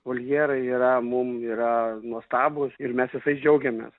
voljerai yra mum yra nuostabūs ir mes visais džiaugiamės